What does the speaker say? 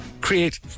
create